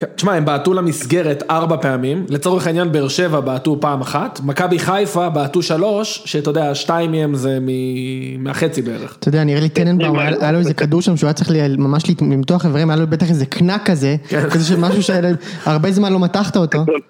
תשמע הם בעטו למסגרת ארבע פעמים, לצורך העניין באר שבע בעטו פעם אחת, מכבי חיפה בעטו שלוש, שאתה יודע שתיים מהם זה מהחצי בערך. אתה יודע נראה לי טננבאום, היה לו איזה כדור שם שהוא היה צריך ממש למתוח אברים, היה לו בטח איזה קנק כזה, כזה משהו שהיה לו הרבה זמן לא מתחת אותו.